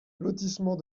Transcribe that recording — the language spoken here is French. lotissement